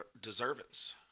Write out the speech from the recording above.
deservance